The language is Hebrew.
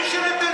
למה, מישהו בא,